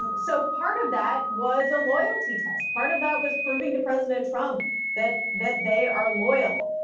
um so, part of that was a loyalty test. part of that was proving to president trump that that they are loyal.